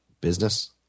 business